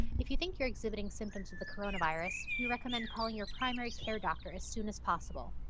if you think you're exhibiting symptoms of the coronavirus, we recommend calling your primary care doctor as soon as possible.